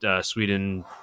Sweden